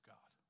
God